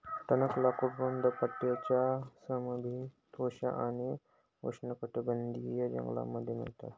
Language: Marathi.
टणक लाकूड रुंद पट्ट्याच्या समशीतोष्ण आणि उष्णकटिबंधीय जंगलांमध्ये मिळतात